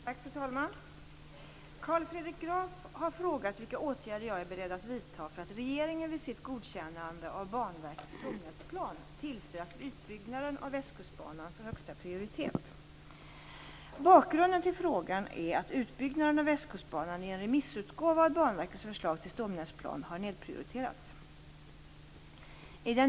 Fru talman! Carl Fredrik Graf har frågat mig vilka åtgärder jag är beredd att vidta för att regeringen vid sitt godkännande av Banverkets stomnätsplan tillser att utbyggnaden av Västkustbanan får högsta prioritet.